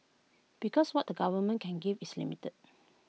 because what the government can give is limited